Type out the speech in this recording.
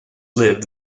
lived